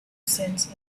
cents